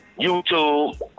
YouTube